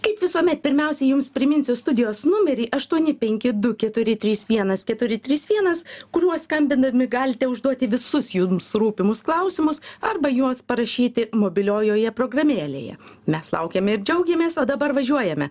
kaip visuomet pirmiausia jums priminsiu studijos numerį aštuoni penki du keturi trys vienas keturi trys vienas kuriuo skambindami galite užduoti visus jums rūpimus klausimus arba juos parašyti mobiliojoje programėlėje mes laukiame ir džiaugiamės o dabar važiuojame